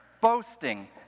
boasting